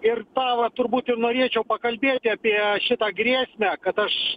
ir tą va turbūt ir norėčiau pakalbėti apie šitą grėsmę kad aš